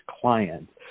clients